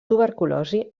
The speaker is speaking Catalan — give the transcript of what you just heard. tuberculosi